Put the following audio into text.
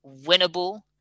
winnable